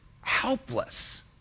helpless